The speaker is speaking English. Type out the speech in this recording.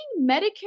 Medicare